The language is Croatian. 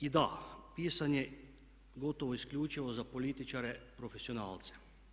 I da, pisan je gotovo isključivo za političare profesionalce.